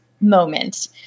moment